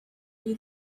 who